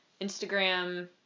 Instagram